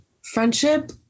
friendship